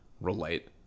relate